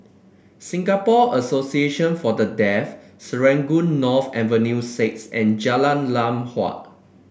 Singapore Association For The Deaf Serangoon North Avenue Six and Jalan Lam Huat